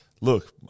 look